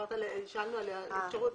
שאלנו על העובדים היומיים,